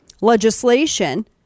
legislation